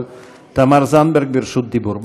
אבל תמר זנדברג ברשות דיבור.